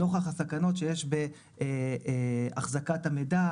נוכח הסכנות שיש בהחזקת המידע,